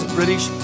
British